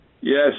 Yes